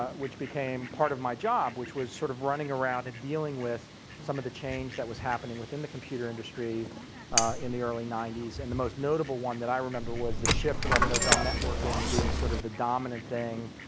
but which became part of my job, which was sort of running around and dealing with some of the change that was happening within the computer industry in the early ninety s and the most notable one that i remember was the shift from novell networking being sort of the dominant thing